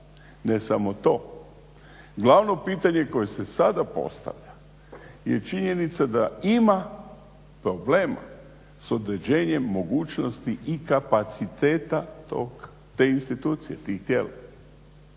Ne samo to, glavno pitanje koje se sada postavlja je činjenica da ima problema s određenjem mogućnosti i kapaciteta te institucije, tih tijela.